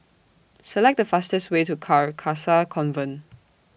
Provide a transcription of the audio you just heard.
Select The fastest Way to Carcasa Convent